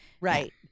Right